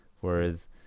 whereas